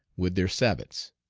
with their sabots.